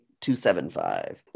two-seven-five